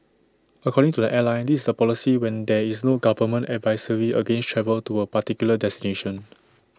according to the airline this is the policy when there is no government advisory against travel to A particular destination